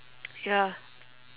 ya